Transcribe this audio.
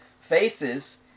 faces